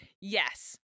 Yes